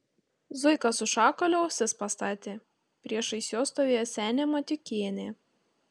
zuika su šakaliu ausis pastatė priešais juos stovėjo senė matiukienė